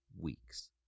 weeks